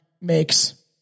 makes